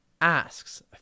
asks